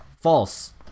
False